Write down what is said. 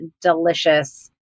delicious